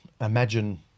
imagine